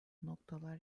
noktalar